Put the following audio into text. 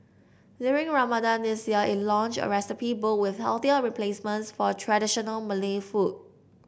during Ramadan this year it launched a recipe book with healthier replacements for traditional Malay food